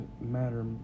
matter